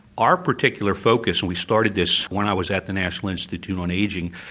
our particular focus, and we started this when i was at the national institute on aging,